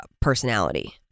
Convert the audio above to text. personality